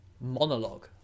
monologue